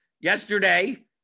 yesterday